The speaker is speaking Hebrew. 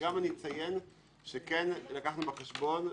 אני אציין שכן לקחנו בחשבון,